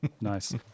Nice